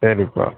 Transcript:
சரிப்பா